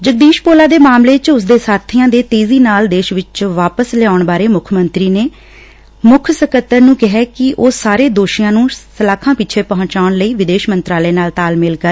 ਜਗਦੀਸ਼ ਭੋਲਾ ਦੇ ਮਾਮਲੇ ਚ ਉਸਦੇ ਸਾਥੀਆਂ ਦੇ ਤੇਜੀ ਨਾਲ ਦੇਸ਼ ਚ ਵਾਪਸ ਲਿਆਉਣ ਬਾਰੇ ਮੁੱਖ ਮੰਤਰੀ ਨੇ ਮੁੱਖ ਸਕੱਤਰ ਨੂੰ ਕਿਹੈ ਕਿ ਉਹ ਸਾਰੇ ਦੋਸ਼ੀਆਂ ਨੂੰ ਸਲਾਖਾਂ ਪਿੱਛੇ ਪੁਚਾਉਣ ਲਈ ਵਿਦੇਸ਼ ਮੰਤਰਾਲੇ ਨਾਲ ਤਾਲਮੇਲ ਕਰਨ